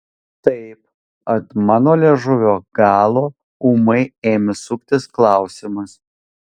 taip ant mano liežuvio galo ūmai ėmė suktis klausimas